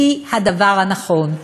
היא הדבר הנכון.